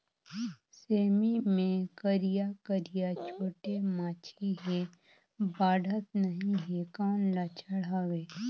सेमी मे करिया करिया छोटे माछी हे बाढ़त नहीं हे कौन लक्षण हवय?